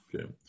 Okay